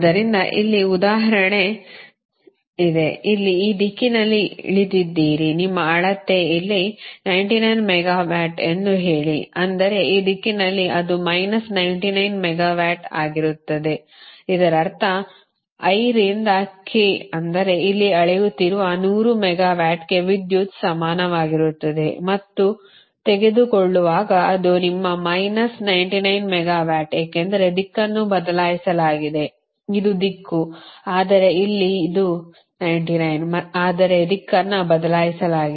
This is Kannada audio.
ಆದ್ದರಿಂದ ಇಲ್ಲಿ ಉದಾಹರಣೆ ಇದೆ ಇಲ್ಲಿ ಈ ದಿಕ್ಕಿನಲ್ಲಿ ಇಲ್ಲಿದ್ದೀರಿ ನಿಮ್ಮ ಅಳತೆ ಇಲ್ಲಿ 99 ಮೆಗಾವ್ಯಾಟ್ ಎಂದು ಹೇಳಿ ಅಂದರೆ ಈ ದಿಕ್ಕಿನಲ್ಲಿ ಅದು ಮೈನಸ್ 99 ಮೆಗಾವ್ಯಾಟ್ ಆಗಿರುತ್ತದೆ ಇದರರ್ಥ i ರಿಂದ k ಅಂದರೆ ಇಲ್ಲಿ ಅಳೆಯುತ್ತಿರುವ 100 ಮೆಗಾವ್ಯಾಟ್ಗೆ ವಿದ್ಯುತ್ ಸಮಾನವಾಗಿರುತ್ತದೆ ಮತ್ತು ತೆಗೆದುಕೊಳ್ಳುವಾಗ ಅದು ನಿಮ್ಮ ಮೈನಸ್ 99 ಮೆಗಾವ್ಯಾಟ್ ಏಕೆಂದರೆ ದಿಕ್ಕನ್ನು ಬದಲಾಯಿಸಲಾಗಿದೆ ಇದು ದಿಕ್ಕು ಆದರೆ ಇಲ್ಲಿ ಅದು 99 ಆದರೆ ದಿಕ್ಕನ್ನು ಬದಲಾಯಿಸಲಾಗಿದೆ